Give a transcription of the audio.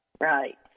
Right